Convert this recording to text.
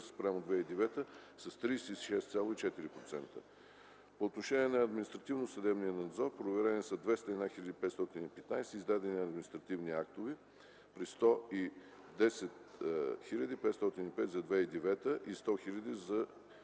спрямо 2009 г. с 36,4%. По отношение на административносъдебния надзор – проверени са 201 515 издадени административни актове, при 110 505 за 2009 г. и 100 623 за